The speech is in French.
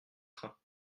trains